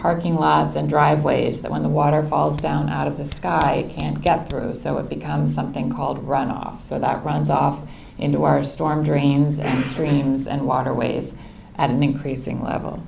parking lots and driveways that when the water falls down out of the sky it can't get through so it becomes something called runoff so that runs off into our storm drains and streams and waterways at an increasing level